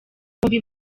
bombi